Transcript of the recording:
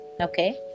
okay